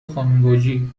خانمباجی